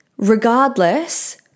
Regardless